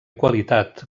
qualitat